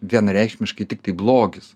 vienareikšmiškai tiktai blogis